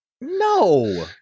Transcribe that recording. No